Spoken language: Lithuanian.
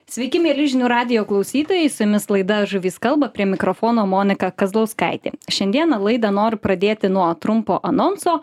sveiki mieli žinių radijo klausytojai su jumis laida žuvys kalba prie mikrofono monika kazlauskaitė šiandieną laidą nori pradėti nuo trumpo anonso